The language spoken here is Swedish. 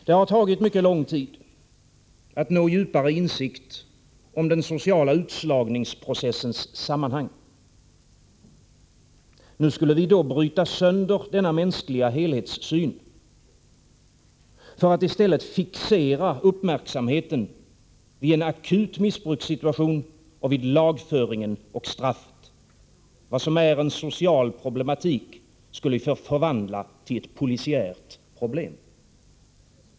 Det har tagit mycket lång tid att nå djupare insikt om den sociala utslagningsprocessens sammanhang. Nu skulle vi då bryta sönder denna mänskliga helhetssyn för att i stället fixera uppmärksamheten vid en akut missbrukssituation och vid lagföringen och straffet. Vad som är en social problematik skulle vi förvandla till ett polisiärt problem.